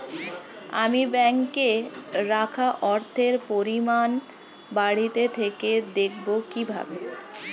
আমি ব্যাঙ্কে রাখা অর্থের পরিমাণ বাড়িতে থেকে দেখব কীভাবে?